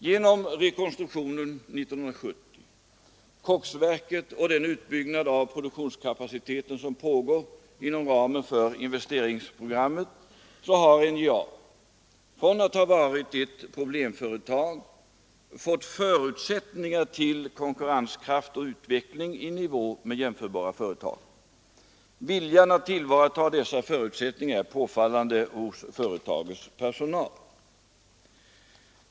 Genom rekonstruktionen 1970, koksverket och den utbyggnad av produktionskapaciteten som pågår inom ramen för investeringsprogrammet har NJA, från att ha varit ett problemföretag, fått förutsättningar för konkurrenskraft och utveckling i nivå med jämförbara företag. Viljan att tillvarata dessa förutsättningar är påfallande hos företagets personal.